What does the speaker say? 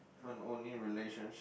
and only relationship